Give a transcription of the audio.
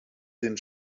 den